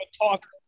talk